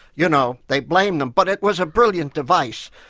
you know, they blamed him. but it was a brilliant device.